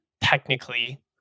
technically